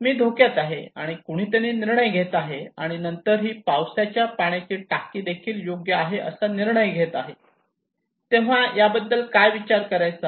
मी धोक्यात आहे आणि कुणीतरी निर्णय घेत आहे आणि नंतर ही पावसाच्या पाण्याची टाकी देखील योग्य आहे असा निर्णय घेत आहेत तेव्हा याबद्दल काय विचार करायचा